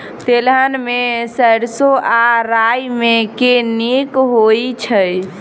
तेलहन मे सैरसो आ राई मे केँ नीक होइ छै?